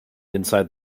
inside